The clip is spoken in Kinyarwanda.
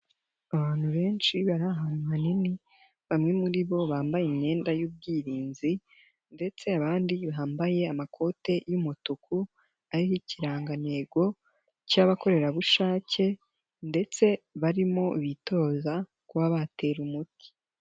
Abantu benshi bari ahantu hanini, bamwe muri bo bambaye imyenda y'ubwirinzi ndetse abandi bambaye amakoti y'umutuku, ariho ikirangantego cy'abakorerabushake ndetse barimo bitoza kuba batera umuti.